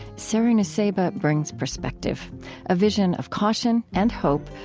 sari nusseibeh brings perspective a vision of caution and hope,